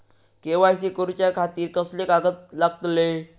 KYC करूच्या खातिर कसले कागद लागतले?